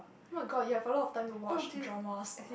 oh-my-god you have a lot of time to watch dramas